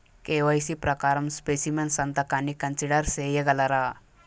KYC ప్రకారం specimen సంతకాన్ని consider సేయగలరా?